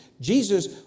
Jesus